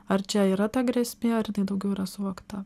ar čia yra ta grėsmė ar tai daugiau yra suvokta